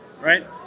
right